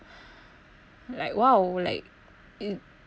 like !wow! like it